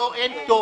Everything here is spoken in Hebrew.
לא, אין כתובת.